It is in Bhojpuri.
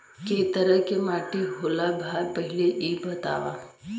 कै तरह के माटी होला भाय पहिले इ बतावा?